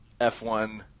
F1